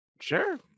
Sure